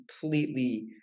completely